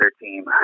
team